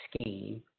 scheme